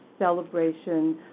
Celebration